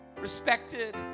respected